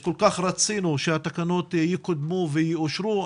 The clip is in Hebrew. כל כך רצינו שהתקנות יקודמו ויאושרו.